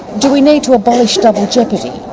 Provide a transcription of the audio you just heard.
do we need to abolish double jeopardy?